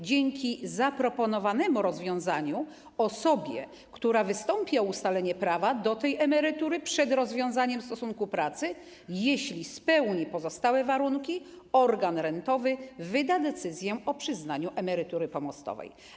Dzięki zaproponowanemu rozwiązaniu osobie, która wystąpi o ustalenie prawa do tej emerytury przed rozwiązaniem stosunku pracy, jeśli spełni pozostałe warunki, organ rentowy wyda decyzję o przyznaniu emerytury pomostowej.